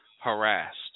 harassed